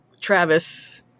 Travis